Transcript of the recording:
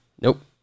Nope